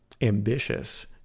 ambitious